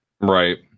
Right